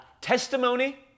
testimony